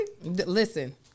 Listen